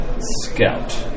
Scout